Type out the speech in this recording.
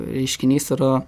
reiškinys yra